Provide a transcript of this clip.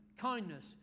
Kindness